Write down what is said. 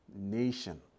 nation